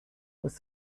was